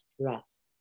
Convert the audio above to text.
stress